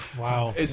Wow